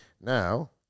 Now